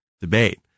debate